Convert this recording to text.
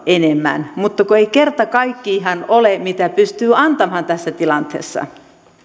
enemmän mutta kun ei kerta kaikkiaan ole mitä pystyy antamaan tässä tilanteessa